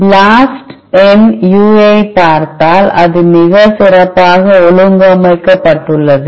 ம் BLAST இன் UI ஐப் பார்த்தால் அது மிகச் சிறப்பாக ஒழுங்கமைக்கப்பட்டுள்ளது